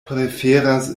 preferas